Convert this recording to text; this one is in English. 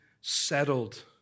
settled